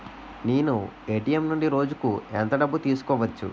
నేను ఎ.టి.ఎం నుండి రోజుకు ఎంత డబ్బు తీసుకోవచ్చు?